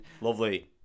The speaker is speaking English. lovely